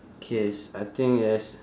K I think yes